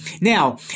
Now